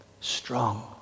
strong